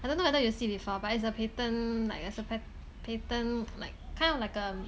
I don't know whether you see before but it's the patent like there's a pat~ patent like kind of like a